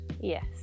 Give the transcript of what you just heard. yes